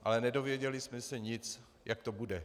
Ale nedověděli jsme se nic, jak to bude.